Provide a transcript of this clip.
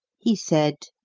he said,